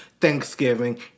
Thanksgiving